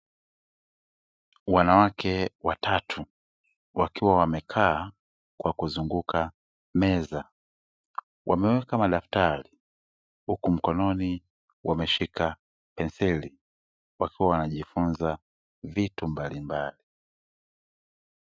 Wanawake watatu wakiwa wamekaa kwa kuzunguka meza wameweka madaftari huku mkononi wameshika penseli wakiwa wanajifunza vitu mbalimbali.